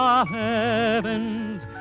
heavens